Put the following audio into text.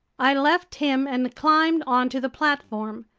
i left him and climbed onto the platform.